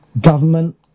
government